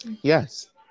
Yes